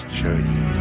journey